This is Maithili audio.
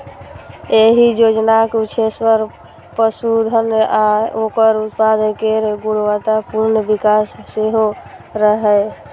एहि योजनाक उद्देश्य पशुधन आ ओकर उत्पाद केर गुणवत्तापूर्ण विकास सेहो रहै